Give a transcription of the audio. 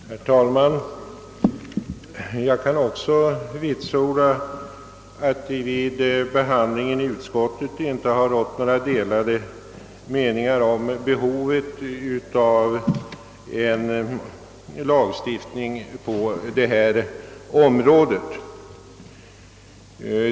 Herr talman! Jag kan också vitsorda att det vid behandlingen i utskottet inte rått några delade meningar om behovet av en lagstiftning på detta område.